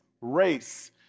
race